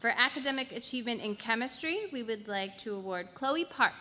for academic achievement in chemistry we would like to ward chloe p